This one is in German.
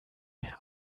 mehr